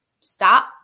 stop